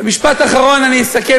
במשפט אחרון אני אסכם.